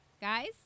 guys